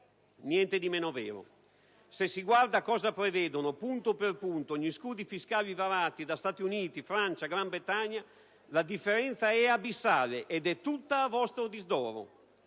Niente di meno vero: se si guarda cosa prevedono, punto per punto, gli scudi fiscali varati da Stati Uniti, Francia e Gran Bretagna, la differenza è abissale ed è tutta a vostro disdoro!